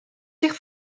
zich